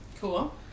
Cool